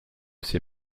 ses